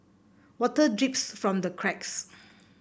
water drips from the cracks